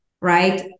Right